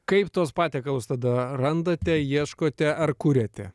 kaip tuos patiekalus tada randate ieškote ar kuriate